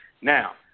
Now